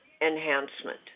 enhancement